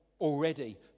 already